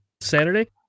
Saturday